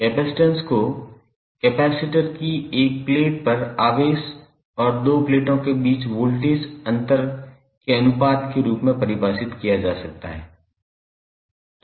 capacitance को capacitor की एक प्लेट पर आवेश और दो प्लेटों के बीच वोल्टेज अंतर के अनुपात के रूप में परिभाषित किया जा सकता है